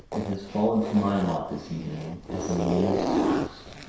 it has fallen to my lot this evening, as in years past,